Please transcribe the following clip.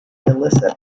illicit